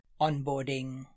onboarding